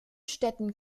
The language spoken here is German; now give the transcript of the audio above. städten